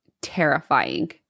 terrifying